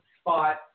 spot